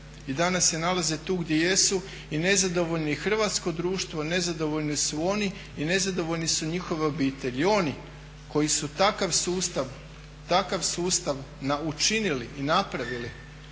i danas se nalaze tu gdje jesu i nezadovoljni, i hrvatsko društvo nezadovoljni su oni i nezadovoljne su njihove obitelji. oni koji su takav sustav učinili i napravili